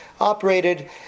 operated